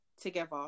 together